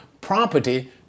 property